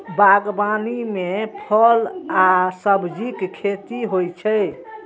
बागवानी मे फल आ सब्जीक खेती होइ छै